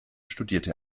studierte